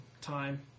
time